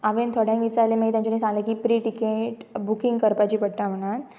हांवें थोड्यांक विचारलें मागीर तेंच्यानी सांगलें की प्री टिकेट बुकींग करपाची पडटा म्हणून